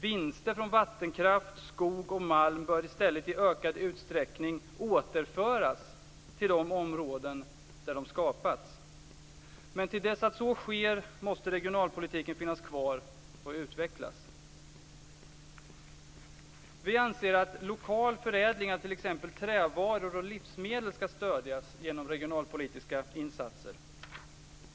Vinster från vattenkraft, skog och malm bör i stället i ökad utsträckning återföras till de områden där de skapats. Men till dess att så sker måste regionalpolitiken finnas kvar och utvecklas. Vi anser att lokal förädling av t.ex. trävaror och livsmedel skall stödjas genom regionalpolitiska insatser.